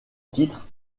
titre